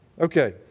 Okay